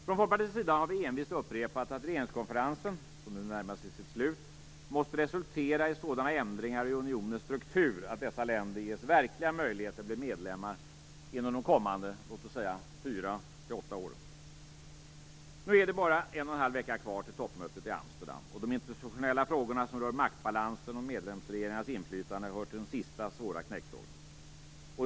Från Folkpartiets sida har vi envist upprepat att regeringskonferensen, som ni närmar sig sitt slut, måste resultera i sådana ändringar i unionens struktur att dessa länder ges verkliga möjligheter att bli medlemmar inom de kommande fyra till åtta åren. Nu är det bara en och en halv vecka kvar till toppmötet i Amsterdam, och institutionella frågorna som rör maktbalansen och medlemsregeringarnas inflytande hör till de sista svåra knäckfrågorna.